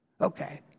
okay